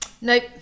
Nope